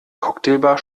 cocktailbar